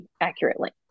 accurately